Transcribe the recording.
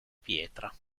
pietra